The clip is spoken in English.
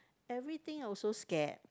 everything also scared